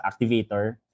activator